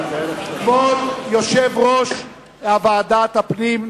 כבוד יושב-ראש ועדת הפנים,